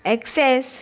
access